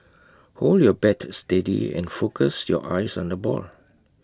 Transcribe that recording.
hold your bat steady and focus your eyes on the ball